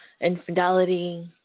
infidelity